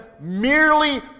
merely